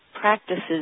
practices